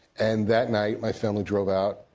and that night my family drove out.